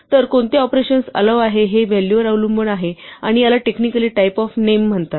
तर कोणते operations allow आहे हे व्हॅल्यू वर अवलंबून आहे आणि याला टेक्निकली टाईप ऑफ नेम म्हणतात